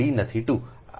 આ d છે